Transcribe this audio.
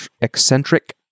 eccentric